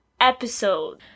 episode